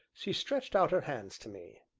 she stretched out her hands to me.